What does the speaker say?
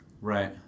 Right